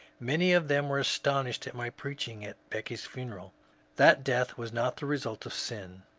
many of them, were astonished at my preaching at becky's funeral that death was not the result of sin.